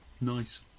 Nice